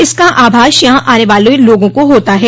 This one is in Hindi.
इसका आभास यहां आने वाले लोगों को होता है